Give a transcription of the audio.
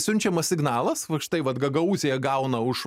siunčiamas signalas vat štai vat gagaūzija gauna už